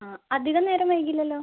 ആ അധിക നേരം വൈകില്ലല്ലോ